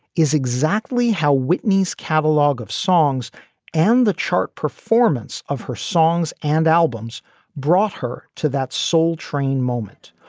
is exactly how whitney's catalog of songs and the chart performance of her songs and albums brought her to that soul train moment,